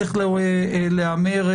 צריך להיאמר,